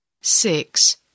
Six